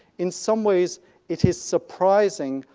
in some ways it is surprising,